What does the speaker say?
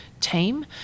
team